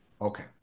Okay